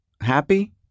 happy